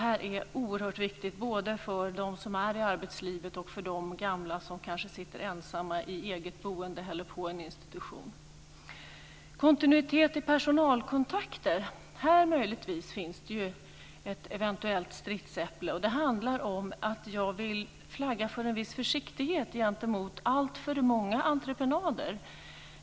Detta är oerhört viktigt både för dem som är i arbetslivet och för de gamla som kanske sitter ensamma i eget boende eller på en institution. När det gäller kontinuitet i personalkontakterna finns det möjligen ett eventuellt stridsäpple. Det handlar om att jag vill flagga för en viss försiktighet gentemot alltför många entreprenader.